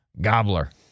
gobbler